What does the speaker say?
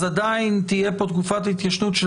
אז עדיין תהיה פה תקופת התיישנות של